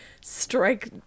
strike